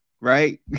right